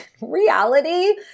reality